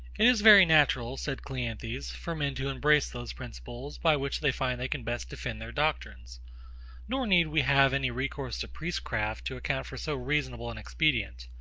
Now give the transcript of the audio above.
it is very natural, said cleanthes, for men to embrace those principles, by which they find they can best defend their doctrines nor need we have any recourse to priestcraft to account for so reasonable an expedient.